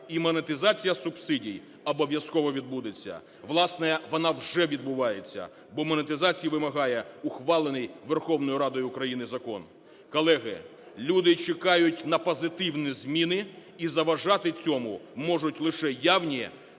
І монетизація субсидій обов'язково відбудеться, власне, вона вже відбувається, бо монетизації вимагає ухвалений Верховною Радою України закон. Колеги, люди чекають на позитивні зміни і заважати цьому можуть лише явні